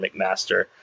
McMaster